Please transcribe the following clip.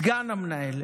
סגן המנהל,